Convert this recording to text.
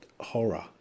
horror